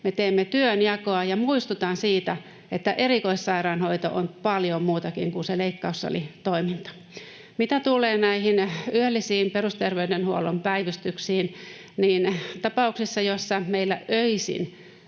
teemme työnjakoa, ja muistutan siitä, että erikoissairaanhoito on paljon muutakin kuin se leikkaussalitoiminta. Mitä tulee näihin yöllisiin perusterveydenhuollon päivystyksiin, niin tapauksessa, jossa meillä öisin